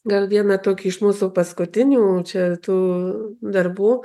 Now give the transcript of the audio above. gal vieną tokį iš mūsų paskutinių čia tų darbų